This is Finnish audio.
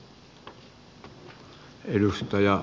arvoisa puhemies